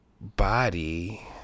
body